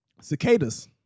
cicadas